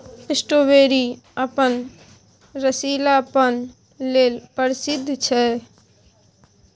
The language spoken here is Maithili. स्ट्रॉबेरी अपन रसीलापन लेल प्रसिद्ध छै